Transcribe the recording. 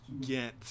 get